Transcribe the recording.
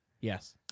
yes